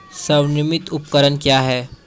स्वनिर्मित उपकरण क्या है?